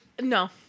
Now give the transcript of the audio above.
no